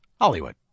Hollywood